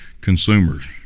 consumers